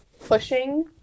pushing